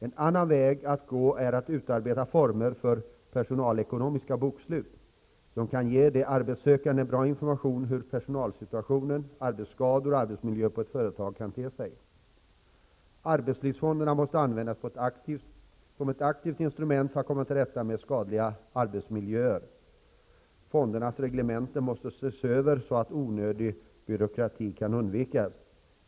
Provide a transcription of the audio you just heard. En annan väg att gå är att utarbeta former för personalekonomiska bokslut, som kan ge de arbetssökande en bra information om hur personalsituationen, arbetsskador och arbetsmiljö på företaget ter sig. Arbetslivsfonderna måste användas som ett aktivt instrument för att man skall komma till rätta med skadliga arbetsmiljöer. Fondernas reglementen måste ses över så att onödig byråkrati kan undvikas.